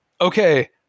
Okay